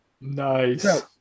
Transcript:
nice